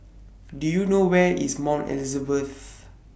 Do YOU know Where IS Mount Elizabeth